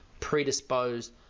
predisposed